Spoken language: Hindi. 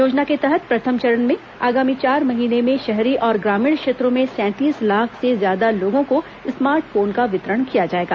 योजना के तहत प्रथम चरण में आगामी चार महीने में शहरी और ग्रामीण क्षेत्रों में सैंतीस लाख से ज्यादा लोगों को स्मार्टफोन का वितरण किया जाएगा